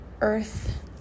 earth